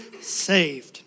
saved